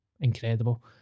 incredible